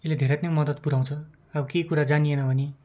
यसले धेरै नै मदत पुर्याउँछ अब केही कुरा जानिएन भने